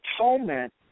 atonement